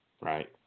right